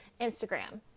Instagram